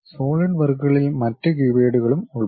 solid വർക്കുകളിൽ മറ്റ് കീവേഡുകളും ഉൾപ്പെടുന്നു